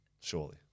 Surely